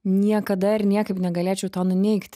niekada ir niekaip negalėčiau to nuneigt